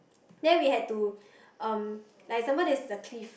then we had to um like for example this is a cliff